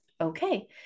Okay